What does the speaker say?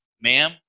ma'am